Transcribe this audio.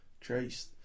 Traced